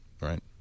right